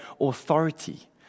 authority